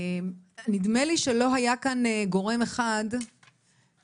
נדמה לי שלא היה כאן גורם אחד שאמר